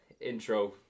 intro